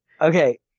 Okay